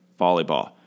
Volleyball